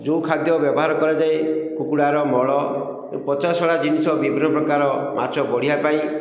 ଯେଉଁ ଖାଦ୍ୟ ବ୍ୟବହାର କରାଯାଏ କୁକୁଡ଼ାର ମଳ ପଚାସଢ଼ା ଜିନିଷ ବିଭିନ୍ନ ପ୍ରକାର ମାଛ ବଢ଼ିବା ପାଇଁ